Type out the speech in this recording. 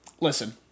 listen